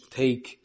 take